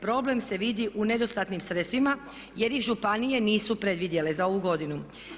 Problem se vidi u nedostatnim sredstvima jer ih županije nisu predvidjele za ovu godinu.